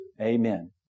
Amen